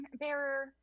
bearer